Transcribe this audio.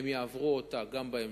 הם יעברו אותה גם בהמשך.